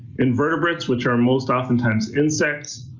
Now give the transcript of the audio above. and vertebrates, which are most oftentimes insects,